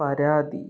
പരാതി